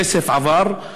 הכסף עבר,